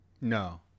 No